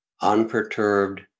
unperturbed